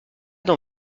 dans